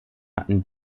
hatten